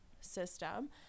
system